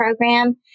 Program